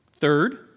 Third